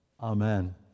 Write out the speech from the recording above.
Amen